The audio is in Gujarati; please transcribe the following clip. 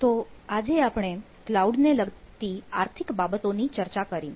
તો આજે આપણે કલાઉડ ને લગતા લગતી આર્થિક બાબતોની ચર્ચા કરી